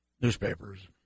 newspapers